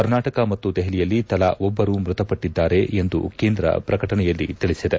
ಕರ್ನಾಟಕ ಮತ್ತು ದೆಹಲಿಯಲ್ಲಿ ತಲಾ ಒಬ್ಬರು ಮೃತಪಟ್ಟಿದ್ದಾರೆಂದು ಕೇಂದ್ರ ಪ್ರಕಟಣೆಯಲ್ಲಿ ತಿಳಿಸಿದೆ